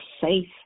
safe